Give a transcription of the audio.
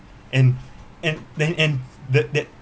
and and then and the that